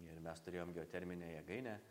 ir mes turėjom geoterminę jėgainę